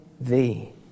thee